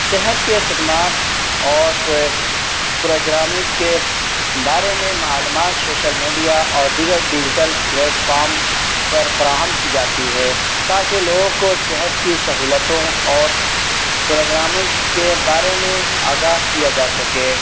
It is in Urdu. صحت کے خدمات اور پروگرامز کے بارے میں معلومات سوشل میڈیا اور دیگر ڈیجیٹل پلیٹ فارم پر فراہم کی جاتی ہے تاکہ لوگوں کو صحت کی سہولتوں اور پروگرامز کے بارے میں آگاہ کیا جا سکے